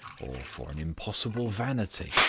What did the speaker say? or for an impossible vanity,